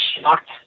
shocked